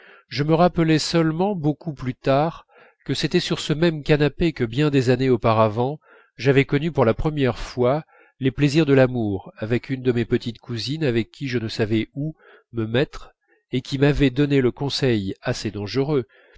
je me rappelai seulement beaucoup plus tard que c'était sur ce même canapé que bien des années auparavant j'avais connu pour la première fois les plaisirs de l'amour avec une de mes petites cousines avec qui je ne savais où me mettre et qui m'avait donné le conseil dangereux